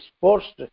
forced